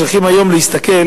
צריכים היום להסתכל,